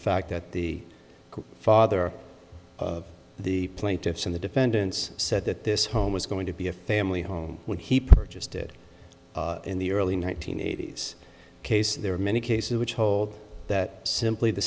fact that the father of the plaintiffs in the defendants said that this home was going to be a family home when he purchased it in the early one nine hundred eighty s case there are many cases which hold that simply the